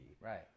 Right